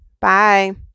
Bye